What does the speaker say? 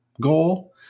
goal